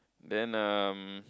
then um